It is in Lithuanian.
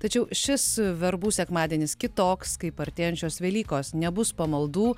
tačiau šis verbų sekmadienis kitoks kaip artėjančios velykos nebus pamaldų